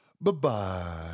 Bye-bye